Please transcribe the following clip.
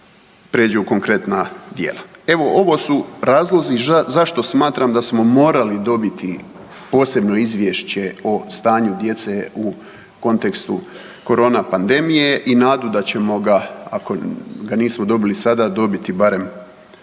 pređu u konkretna djela? Evo, ovo su razlozi zašto smatram da smo morali dobiti posebno Izvješće o stanju djece u kontekstu korona pandemije i nadu da ćemo ga, ako ga nismo dobili sada, dobiti barem